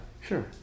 sure